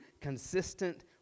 consistent